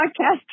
podcast